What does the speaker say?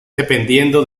dependiendo